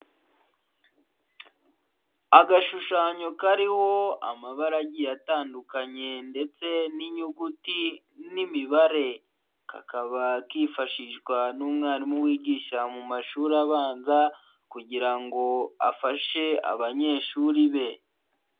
Agashushanyo kariho amabara agiye atandukanye ndetse n'inyuguti n'imibare, kakaba kifashishwa n'umwarimu wigisha mu mashuri abanza kugira ngo afashe abanyeshuri be.